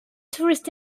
tourist